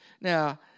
Now